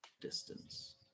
distance